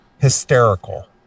hysterical